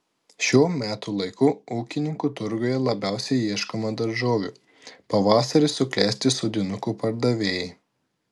šiuo metų laiku ūkininkų turguje labiausiai ieškoma daržovių pavasarį suklesti sodinukų pardavėjai